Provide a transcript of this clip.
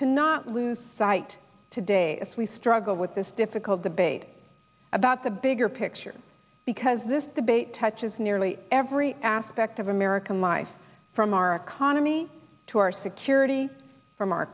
to not lose sight today as we struggle with this difficult debate about the bigger picture because this debate touches nearly every aspect of american life from our economy to our security from our